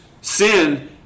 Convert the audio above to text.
sin